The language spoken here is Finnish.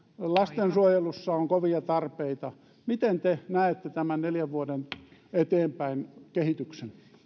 lastensuojelussa on kovia tarpeita miten te näette tämän neljän vuoden kehityksen